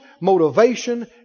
motivation